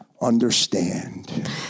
understand